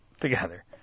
together